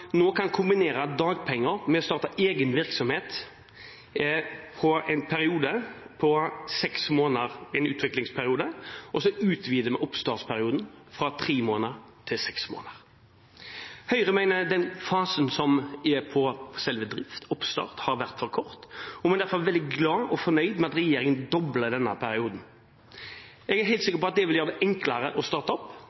nå kan kombinere dagpenger med å starte egen virksomhet for en periode på seks måneder, en utviklingsperiode, og så utvider vi oppstartsperioden fra tre måneder til seks måneder. Høyre mener den fasen som er på selve bedriftsoppstart, har vært for kort, og vi er derfor veldig glad for og fornøyd med at regjeringen dobler denne perioden. Jeg er helt